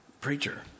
Preacher